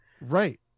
Right